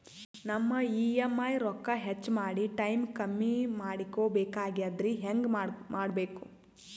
ನಮ್ಮ ಇ.ಎಂ.ಐ ರೊಕ್ಕ ಹೆಚ್ಚ ಮಾಡಿ ಟೈಮ್ ಕಮ್ಮಿ ಮಾಡಿಕೊ ಬೆಕಾಗ್ಯದ್ರಿ ಹೆಂಗ ಮಾಡಬೇಕು?